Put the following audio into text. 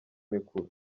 mikuru